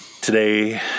today